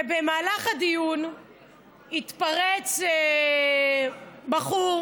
במהלך הדיון התפרץ בחור